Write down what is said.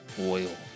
Oil